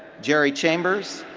jerry chambers,